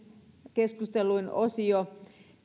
keskustelluin osio